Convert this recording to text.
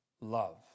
love